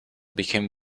became